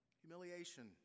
Humiliation